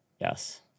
Yes